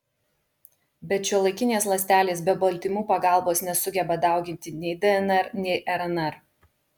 bet šiuolaikinės ląstelės be baltymų pagalbos nesugeba dauginti nei dnr nei rnr